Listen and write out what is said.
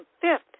fifth